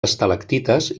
estalactites